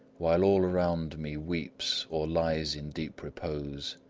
while all around me weeps or lies in deep repose,